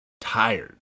tired